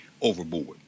overboard